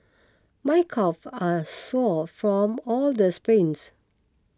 my calve are sore from all the sprints